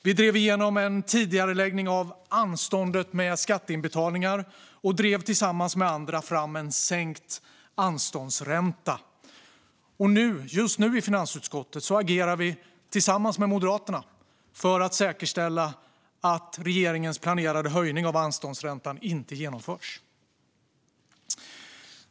Vi drev igenom en tidigareläggning av anståndet med skatteinbetalningar och drev tillsammans med andra fram en sänkt anståndsränta. Och i finansutskottet agerar vi nu tillsammans med Moderaterna för att säkerställa att regeringens planerade höjning av anståndsräntan inte genomförs.